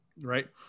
right